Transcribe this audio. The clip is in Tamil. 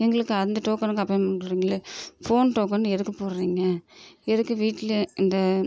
எங்களுக்கு அந்த டோக்கனுக்கு அப்பாயின்மெண்ட் கொடுக்குறிங்களே ஃபோன் டோக்கன் எதுக்கு போடுகிறீங்க எதுக்கு வீட்டில் இந்த